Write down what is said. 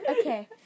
Okay